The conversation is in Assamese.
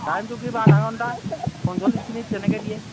টাইমটো কিমান আধা ঘণ্টা পঞ্চলিছ মিনিট তেনেকৈ দিয়ে